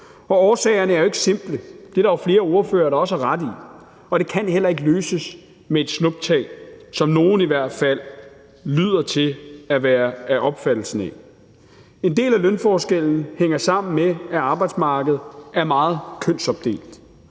Og årsagerne er jo ikke simple. Det er der jo flere ordførere der også har ret i, og det kan heller ikke løses med et snuptag, som nogle i hvert fald lyder til at have opfattelsen af. En del af lønforskellen hænger sammen med, at arbejdsmarkedet er meget kønsopdelt.